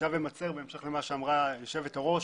בהמשך לדברי היושבת-ראש,